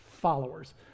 followers